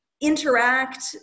interact